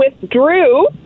withdrew